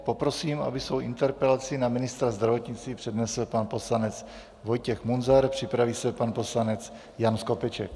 Poprosím, aby svou interpelaci na ministra zdravotnictví přednesl pan poslanec Vojtěch Munzar, připraví se pan poslanec Jan Skopeček.